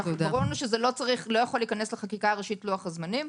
ברור לנו שזה לא יכול להיכנס לחקיקה הראשית לוח הזמנים,